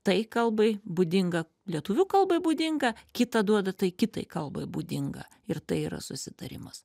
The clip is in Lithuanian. tai kalbai būdinga lietuvių kalbai būdingą kitą duoda tai kitai kalbai būdingą ir tai yra susitarimas